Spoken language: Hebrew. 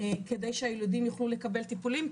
כדי שהילדים יוכלו לקבל טיפולים,